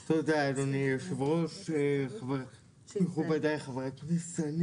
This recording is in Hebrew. תודה, אדוני היושב-ראש, מכובדיי חברי הכנסת.